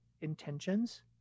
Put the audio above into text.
intentions